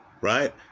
right